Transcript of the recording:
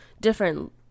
Different